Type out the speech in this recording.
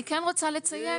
אני כן רוצה לציין